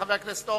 חבר הכנסת אורבך,